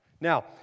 Now